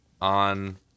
on